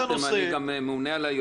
אני ממונה על היועץ המשפטי?